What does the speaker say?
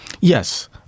yes